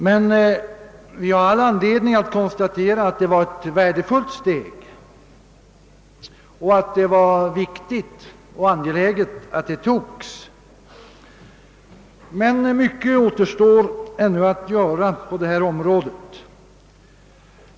Vi har dock all anledning konstatera att det var ett värdefullt steg och att det var viktigt och angeläget att det togs, men mycket återstår ännu att göra på detta område.